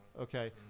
Okay